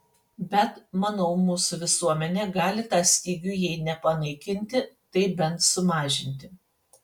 bet manau mūsų visuomenė gali tą stygių jei ne panaikinti tai bent sumažinti